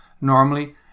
Normally